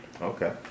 Okay